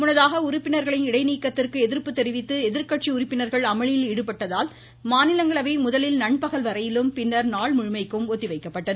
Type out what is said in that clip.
முன்னதாக உறுப்பினர்களின் இடைநீக்கத்திற்கு எதிர்ப்பு தெரிவித்து எதிர்க்கட்சி உறுப்பினர்கள் அமளியில் ஈடுபட்டதால் முதலில் நண்பகல் வரையிலும் பின்னர் நாள் முழுமைக்கும் ஒத்திவைக்கப்பட்டது